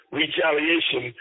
retaliation